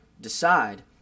decide